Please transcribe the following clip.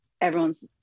everyone's